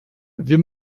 wir